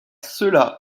cela